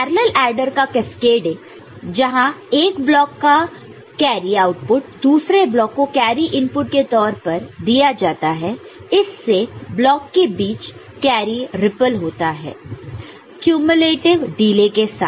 parallel adder का cascading जहां एक ब्लॉक का कैरी आउटपुट दूसरे ब्लॉक को कैरी इनपुट के तौर पर दिया जाता है इससे ब्लॉक के बीच कैरी रिप्पल होता है क्यूम्यूलेटिव़ डिले के साथ